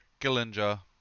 Gillinger